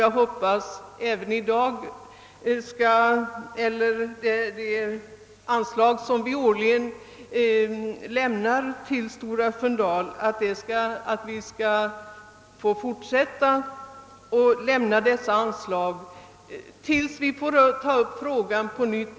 Jag hoppas att det anslag vi under en följd av år har beviljat till Stora Sköndal även i fortsättningen kommer att beviljas av riksdagen till dess vi får ta upp frågan på nytt.